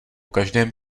každém